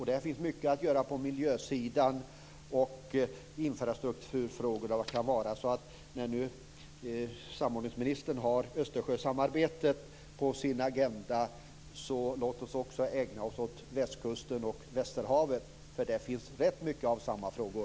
Där finns mycket att göra på miljöområdet och när det gäller infrastrukturfrågor. När nu samordningsministern har Östersjöarbetet på sin agenda låt oss då också ägna oss åt västkusten och västerhavet. Där finns rätt mycket av samma frågor.